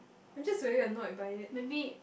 I just very annoyed by it